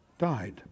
died